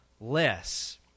less